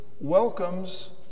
welcomes